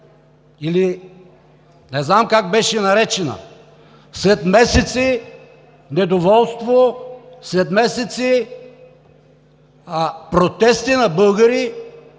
не знам как беше наречена, след месеци недоволство, след месеци протести на българи